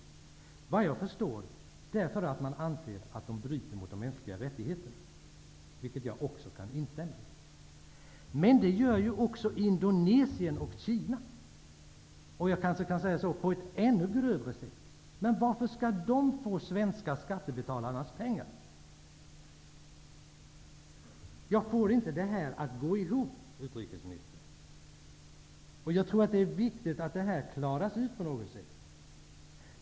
Såvitt jag förstår är det därför att man anser att Cuba bryter mot de mänskliga rättigheterna, vilket jag kan instämma i. Men det gör ju också Indonesien och Kina och på, kanske jag skall säga, ett ännu grövre sätt. Varför skall de få svenska skattebetalares pengar? Jag får inte det här att gå ihop, utrikesministern. Jag tror att det är viktigt att detta klaras ut på något vis.